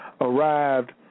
arrived